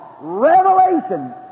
revelation